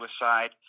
suicide